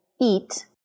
eat